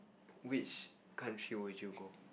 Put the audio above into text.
which country would you go